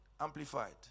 Amplified